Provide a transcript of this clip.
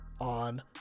on